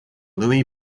luis